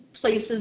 places